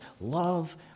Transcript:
love